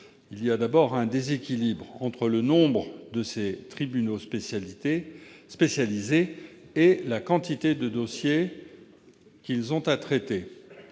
on observe un déséquilibre entre le nombre de ces tribunaux spécialisés et la quantité de dossiers à traiter.